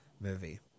movie